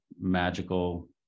magical